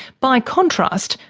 by contrast,